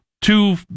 two